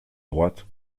droite